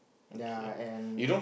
yea and